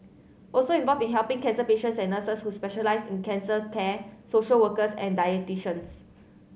also involved in helping cancer patients are nurses who specialise in cancer care social workers and